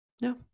no